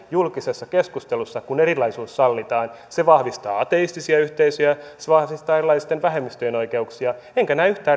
julkisessa keskustelussa kun erilaisuus sallitaan se vahvistaa ateistisia yhteisöjä se vahvistaa erilaisten vähemmistöjen oikeuksia enkä näe yhtään